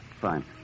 Fine